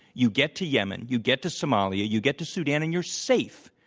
you get to yemen, you get to somalia, you get to sudan, and you're safe.